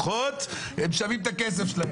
הם שווים את הכסף שלהם.